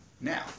now